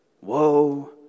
Woe